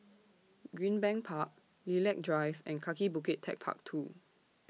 Greenbank Park Lilac Drive and Kaki Bukit Techpark two